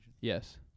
Yes